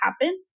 happen